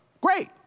Great